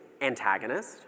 antagonist